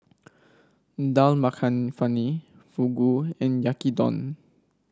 Dal Makhani Fugu and Yaki Udon